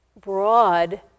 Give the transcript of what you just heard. broad